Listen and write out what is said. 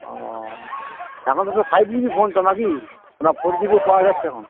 ও এখন তো সব ফাইভ জিবি ফোন তো নাকি না ফোর জি বিও পাওয়া যাচ্ছে এখন